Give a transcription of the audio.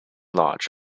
lodge